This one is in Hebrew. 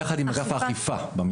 יחד עם אגף האכיפה במשרד.